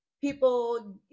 People